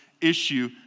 issue